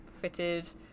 fitted